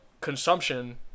Consumption